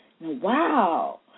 Wow